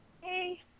Hey